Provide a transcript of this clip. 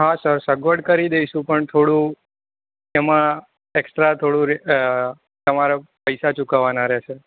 હા સર સગવડ કરી દઈશું પણ થોડું એમાં એક્ષ્ટ્રા થોડું અ તમારે પૈસા ચૂકવવાના રહેશે